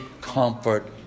comfort